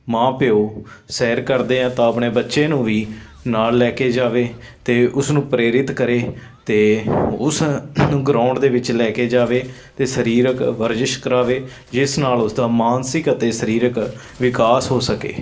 ਮਾਂ ਪਿਓ ਸੈਰ ਕਰਦੇ ਆ ਤਾਂ ਆਪਣੇ ਬੱਚੇ ਨੂੰ ਵੀ ਨਾਲ ਲੈ ਕੇ ਜਾਵੇ ਅਤੇ ਉਸਨੂੰ ਪ੍ਰੇਰਿਤ ਕਰੇ ਅਤੇ ਉਸ ਨੂੰ ਗਰਾਊਂਡ ਦੇ ਵਿੱਚ ਲੈ ਕੇ ਜਾਵੇ ਅਤੇ ਸਰੀਰਕ ਵਰਜਿਸ਼ ਕਰਾਵੇ ਜਿਸ ਨਾਲ ਉਸਦਾ ਮਾਨਸਿਕ ਅਤੇ ਸਰੀਰਿਕ ਵਿਕਾਸ ਹੋ ਸਕੇ